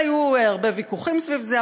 והיו הרבה ויכוחים סביב זה,